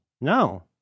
No